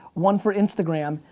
one for instagram,